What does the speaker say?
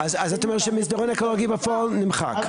אז זאת אומרת, שמסדרון אקולוגי בפועל נמחק.